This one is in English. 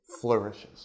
flourishes